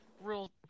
real